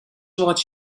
watch